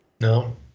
no